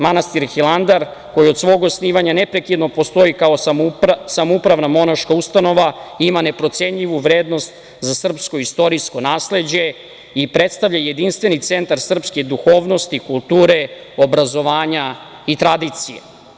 Manastir Hilandar koji od svog osnivanja neprekidno postoji kao samoupravna monaška ustanova i ima neprocenjivu vrednost za srpsko istorijsko nasleđe i predstavlja jedinstveni centar srpske duhovnosti, kulture, obrazovanja i tradicije.